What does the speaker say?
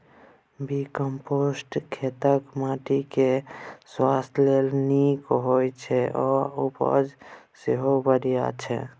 vermicompost खेतक माटि केर स्वास्थ्य लेल नीक होइ छै आ उपजा सेहो बढ़य छै